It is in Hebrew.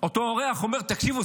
אותו אורח אומר: תקשיבו,